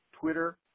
Twitter